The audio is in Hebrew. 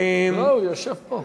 לא, הוא יושב פה.